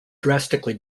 drastically